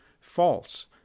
false